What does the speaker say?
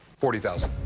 forty thousand